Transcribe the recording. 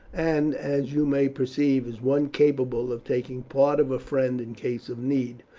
and, as you may perceive, is one capable of taking part of a friend in case of need.